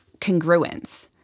congruence